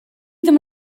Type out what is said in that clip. ddim